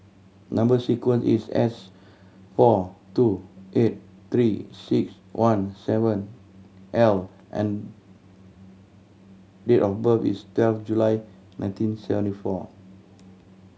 number sequence is S four two eight Three Six One seven L and date of birth is twelve July nineteen seventy four